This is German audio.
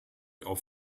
auf